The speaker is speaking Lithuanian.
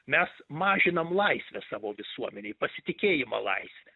mes mažinam laisvę savo visuomenei pasitikėjimą laisve